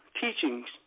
Teachings